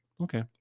Okay